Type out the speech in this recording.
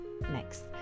next